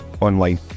online